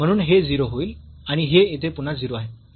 म्हणून हे 0 होईल आणि हे येथे पुन्हा 0 आहे